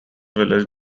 village